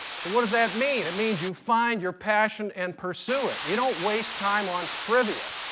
so what does that mean? it means you find your passion and pursue it. you don't waste time on trivia,